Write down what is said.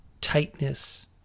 tightness